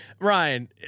Ryan